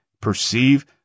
perceive